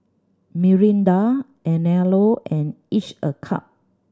Mirinda Anello and Each a Cup